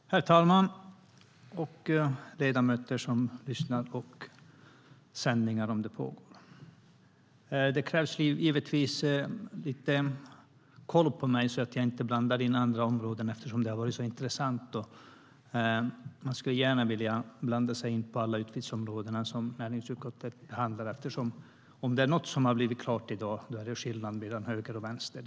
Herr talman, ledamöter och ni som lyssnar på de sändningar som pågår! Det krävs lite koll på mig så att jag inte blandar in andra områden eftersom det har varit så intressant. Jag skulle gärna vilja blanda in andra utgiftsområden som näringsutskottet handhar. Om det är något som har blivit klart i dag är det skillnaden mellan höger och vänster.